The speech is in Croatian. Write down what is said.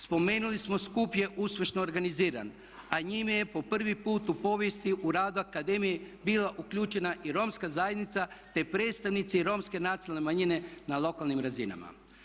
Spomenuli smo skup je uspješno organiziran a njime je po prvi put u povijesti u radu akademije bila uključena i romska zajednica te predstavnici Romske nacionalne manjine na lokalnim razinama.